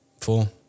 Four